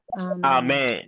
Amen